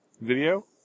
video